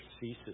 ceases